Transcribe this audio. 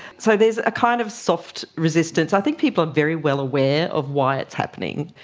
so there's a kind of soft resistance. i think people are very well aware of why it is happening.